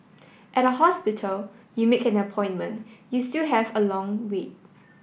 at a hospital you make an appointment you still have a long wait